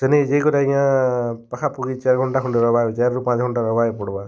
ସେନ୍କେ ଯାଇକରି ଆଜ୍ଞା ପାଖାପାଖି ଚାଏର୍ ଘଣ୍ଟା ଖଣ୍ଡେ ରହେବାର୍ ଅଛେ ଚାଏର୍ ରୁ ପାଞ୍ଚ୍ ଘଣ୍ଟା ରହେବାର୍କେ ପଡ଼୍ବା